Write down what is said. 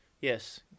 Yes